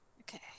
Okay